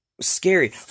scary